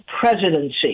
presidency